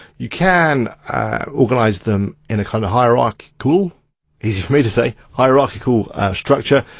you can organise them in a kind of hierarchical, easy for me to say, hierarchical structure.